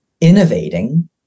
innovating